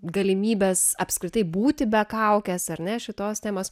galimybės apskritai būti be kaukės ar ne šitos temos